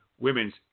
women's